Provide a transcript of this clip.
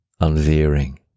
unveering